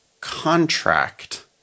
contract